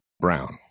Brown